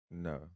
No